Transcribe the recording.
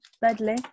badly